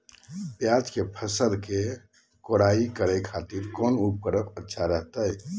प्याज के फसल के कोढ़ाई करे खातिर कौन उपकरण अच्छा रहतय?